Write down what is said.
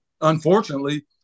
unfortunately